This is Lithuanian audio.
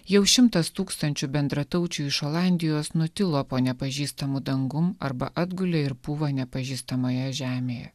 jau šimtas tūkstančių bendrataučių iš olandijos nutilo po nepažįstamu dangum arba atgulė ir pūva nepažįstamoje žemėje